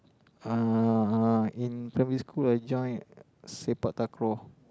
uh in primary school I join sepak takraw